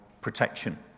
protection